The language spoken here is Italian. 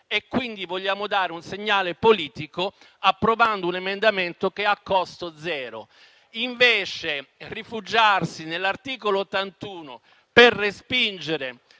e, quindi, volete dare un segnale politico approvando un emendamento che è a costo zero. Rifugiarsi invece nell'articolo 81 per respingere